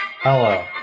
Hello